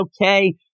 okay